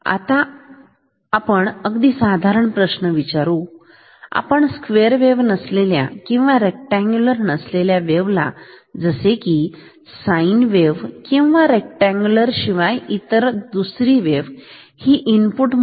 आताआपण अगदी साधारण प्रश्न विचारू आपण स्क्वेअर नसलेल्या किंवा रेक्टअँगल नसलेल्या वेव्ह जसे की साइन वेव्ह किंवा रेक्टअँगल शिवाय इतर दुसऱ्या वेव्ह मी इनपुट म्हणून जोडू शकेल का